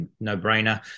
no-brainer